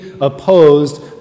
opposed